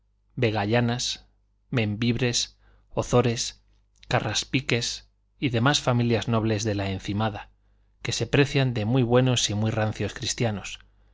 de los corujedos vegallanas membibres ozores carraspiques y demás familias nobles de la encimada que se precian de muy buenos y muy rancios cristianos